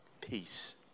peace